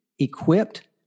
Equipped